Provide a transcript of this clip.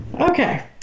Okay